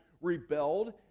rebelled